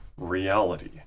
reality